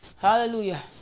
Hallelujah